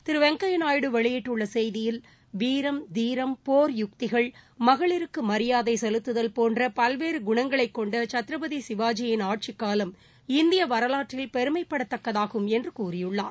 திரு வெங்கய்ய நாயுடு வெளியிட்டுள்ள செய்தியில் வீரம் தீரம் போர் யுக்திகள் மகளிருக்கு மரியாதை செலுத்துதல் போன்ற பல்வேறு குணங்களைக் கொண்ட சத்ரபதி சிவாஜியின் ஆட்சிக் காலம் இந்திய வரலாற்றில் பெருமைப்படத்தக்கதாகும் என்று கூறியுள்ளார்